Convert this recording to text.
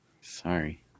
Sorry